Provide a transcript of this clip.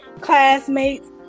classmates